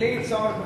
בלי צורך בחקיקה.